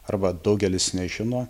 arba daugelis nežino